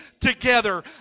together